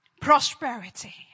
Prosperity